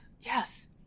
Yes